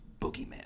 boogeyman